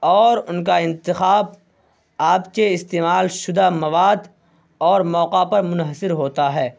اور ان کا انتخاب آپ کے استعمال شدہ مواد اور موقع پر منحصر ہوتا ہے